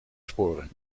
sporen